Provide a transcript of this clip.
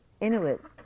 Inuit